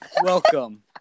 Welcome